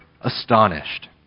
astonished